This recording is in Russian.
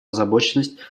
озабоченность